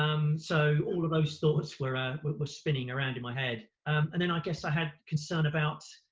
um so all of those thoughts were ah were spinning around in my head. and then i guess i had concern about,